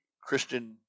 Christian